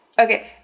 okay